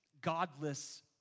godless